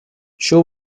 show